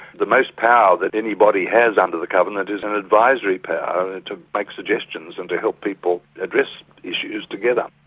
the most power that anybody has under the covenant is an advisory power to make suggestions and to help people address issues together.